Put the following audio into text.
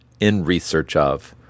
inresearchof